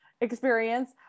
experience